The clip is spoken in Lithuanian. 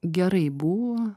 gerai buvo